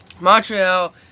Montreal